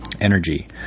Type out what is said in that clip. Energy